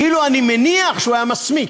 כאילו, אני מניח שהוא היה מסמיק,